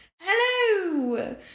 hello